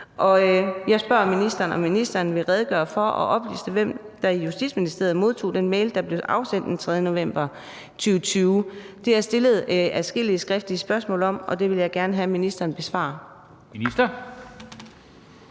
Og jeg spørger ministeren, om ministeren vil redegøre for og oplyse, hvem der i Justitsministeriet modtog den mail, der blev afsendt den 3. november 2020. Det er der skriftligt stillet adskillige spørgsmål om, og der jeg vil gerne have ministerens besvarelse.